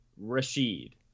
Rashid